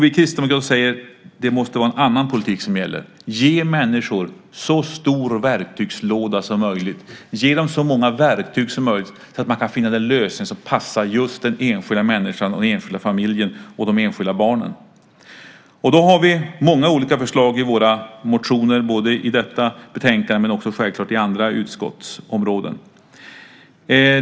Vi kristdemokrater säger att det måste vara en annan politik som gäller. Ge människor så stor verktygslåda som möjligt! Ge dem så många verktyg som möjligt så att de kan finna den lösning som passar just den enskilda människan, den enskilda familjen och de enskilda barnen! Vi har många olika förslag i våra motioner, i detta betänkande men självklart också på andra utskottsområden.